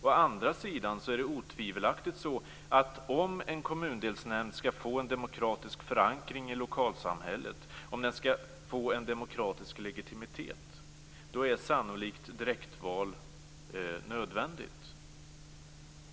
Å andra sidan är det otivelaktigt så att om en kommundelsnämnd skall få en demokratisk förankring i lokalsamhället, om den skall få en demokratisk legitimitet, då är sannolikt direktval nödvändigt.